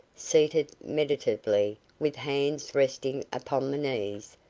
seated meditatively, with hands resting upon the knees,